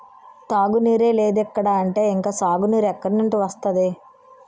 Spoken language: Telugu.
తాగునీరే లేదిక్కడ అంటే ఇంక సాగునీరు ఎక్కడినుండి వస్తది?